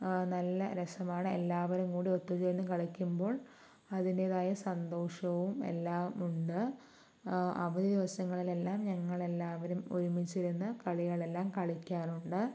നല്ല രസമാണ് എല്ലാവരും കൂടി ഒത്ത് ചേർന്ന് കളിക്കുമ്പോൾ അതിൻ്റെതായ സന്തോഷവും എല്ലാമുണ്ട് അവധി ദിവസങ്ങളിലെല്ലാം ഞങ്ങളെല്ലാവരും ഒരുമിച്ചിരുന്ന് കളികളെല്ലാം കളിക്കാറുണ്ട്